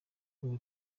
ubu